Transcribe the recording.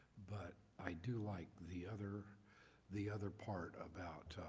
but i do like the other the other part about